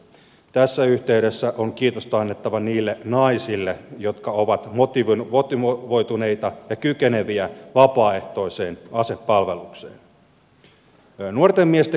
tässä yhteydessä on kiitosta annettava niille naisille jotka ovat motivoituneita ja kykeneviä vapaaehtoiseen asepalvelukseen